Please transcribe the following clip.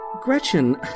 Gretchen